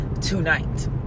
tonight